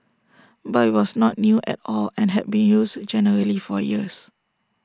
but IT was not new at all and had been used generally for years